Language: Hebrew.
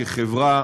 כחברה,